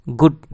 good